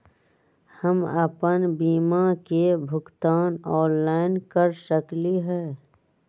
हम अपन बीमा के भुगतान ऑनलाइन कर सकली ह?